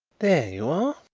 there you are,